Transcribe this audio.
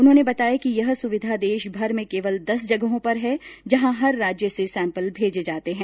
उन्होंने बताया कि यह सुविधा देशभर में केवल दस जगहों पर है जहां हर राज्य से सैम्पल भेजे जाते हैं